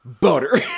butter